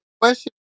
question